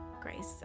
grace